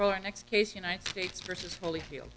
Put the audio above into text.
proa next case united states versus holyfield